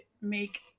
make